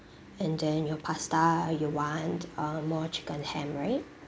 and then your pasta you want uh more chicken ham right